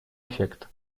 эффект